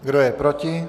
Kdo je proti?